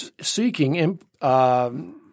seeking –